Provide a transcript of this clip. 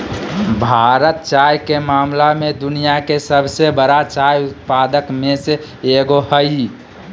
भारत चाय के मामला में दुनिया के सबसे बरा चाय उत्पादक में से एगो हइ